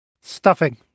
Stuffing